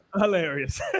hilarious